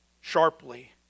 sharply